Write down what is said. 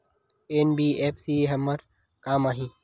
NBFC हमर का काम आही?